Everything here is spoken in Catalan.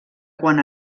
quan